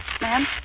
Ma'am